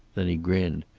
then he grinned.